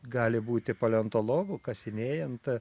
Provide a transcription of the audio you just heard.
gali būti paleontologu kasinėjant